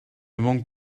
manque